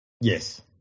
Yes